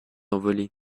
envolé